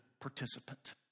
participant